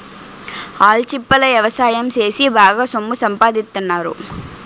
ఆల్చిప్పల ఎవసాయం సేసి బాగా సొమ్ము సంపాదిత్తన్నారు